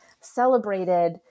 celebrated